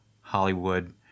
Hollywood